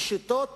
בשיטות